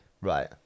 right